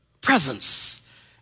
presence